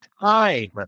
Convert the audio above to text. time